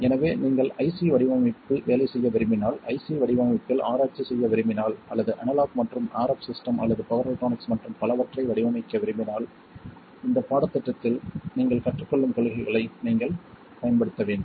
எனவே நீங்கள் IC வடிவமைப்பில் வேலை செய்ய விரும்பினால் IC வடிவமைப்பில் ஆராய்ச்சி செய்ய விரும்பினால் அல்லது அனலாக் மற்றும் RF சிஸ்டம் அல்லது பவர் எலக்ட்ரானிக்ஸ் மற்றும் பலவற்றை வடிவமைக்க விரும்பினால் இந்த பாடத்திட்டத்தில் நீங்கள் கற்றுக் கொள்ளும் கொள்கைகளை நீங்கள் பயன்படுத்த வேண்டும்